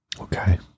okay